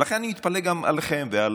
ולכן אני מתפלא עליכם ועל